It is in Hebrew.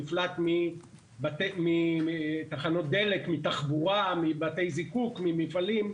נפלט מתחנות דלק, מתחבורה, מבתי זיקוק, ממפעלים.